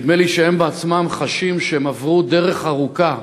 נדמה לי שהם בעצמם חשים שהם עברו דרך ארוכה